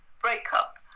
breakup